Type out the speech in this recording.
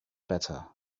better